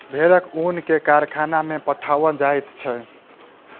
भेड़क ऊन के कारखाना में पठाओल जाइत छै